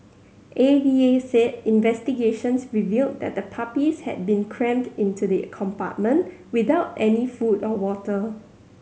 A V A said investigations revealed that the puppies had been crammed into the compartment without any food or water